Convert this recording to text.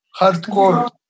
hardcore